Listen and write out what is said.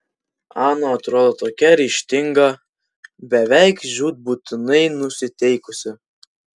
ana atrodo tokia ryžtinga beveik žūtbūtinai nusiteikusi